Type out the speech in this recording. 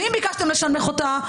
ואם ביקשתם לשנמך אותה,